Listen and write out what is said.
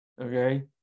Okay